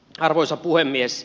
arvoisa puhemies